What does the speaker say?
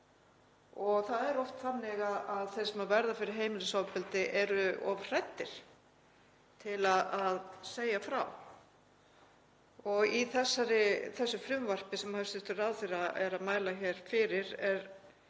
og það er oft þannig að þeir sem verða fyrir heimilisofbeldi eru of hræddir til að segja frá. Í þessu frumvarpi sem hæstv. ráðherra er að mæla hér fyrir er